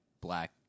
black